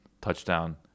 touchdown